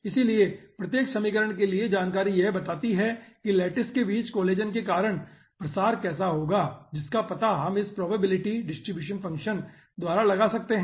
इसलिए प्रत्येक समीकरण के लिए जानकारी यह बताती है कि लैटिस के बीच कोलेजन के कारण प्रसार कैसा होगा जिसका पता हम इस प्रोबेबिलिटी डिस्ट्रीब्यूशन फंक्शन द्वारा लगा सकते हैं